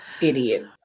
Idiot